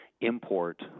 import